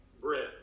bread